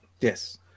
Yes